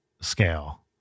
scale